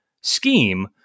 scheme